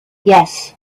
yes